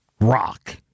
Rock